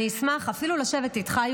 אני אשמח אפילו לשבת איתך,